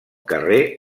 carrer